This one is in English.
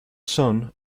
son